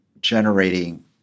generating